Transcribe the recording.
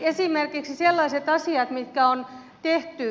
esimerkiksi sellaiset asiat mitkä on tehty